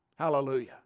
Hallelujah